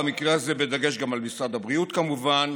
במקרה הזה בדגש גם על משרד הבריאות כמובן,